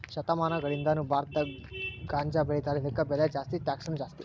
ಶತಮಾನಗಳಿಂದಾನು ಭಾರತದಾಗ ಗಾಂಜಾಬೆಳಿತಾರ ಇದಕ್ಕ ಬೆಲೆ ಜಾಸ್ತಿ ಟ್ಯಾಕ್ಸನು ಜಾಸ್ತಿ